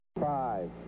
Five